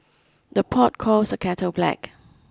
the pot calls the kettle black